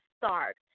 start